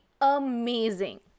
amazing